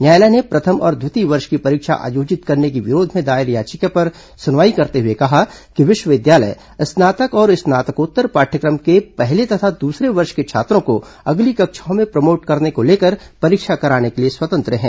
न्यायालय ने प्रथम और द्वितीय वर्ष की परीक्षा आयोजित करने के विरोध में दायर याचिका पर सुनवाई करते हुए कहा कि विश्वविद्यालय स्नातक और स्नातकोत्तर पाठ्यक्रम के पहले तथा दूसरे वर्ष के छात्रों को अगली कक्षाओं में प्रमोट करने को लेकर परीक्षा कराने के लिए स्वतंत्र है